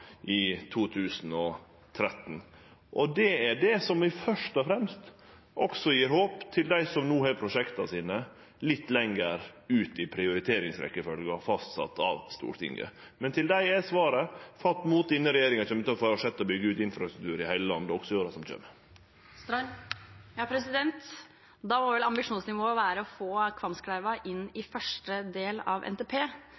2013. Det er også det som først og fremst gjev håp til dei som no har prosjekta sine litt lenger ute i prioriteringsrekkjefølgja som er fastsett av Stortinget. Til dei er svaret: Fatt mot, denne regjeringa kjem til å fortsetje å byggje ut infrastruktur i heile landet også i åra som kjem. Da må vel ambisjonsnivået være å få Kvamskleiva inn